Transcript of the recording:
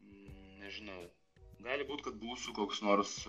nežinau gali būt kad būsiu koks nors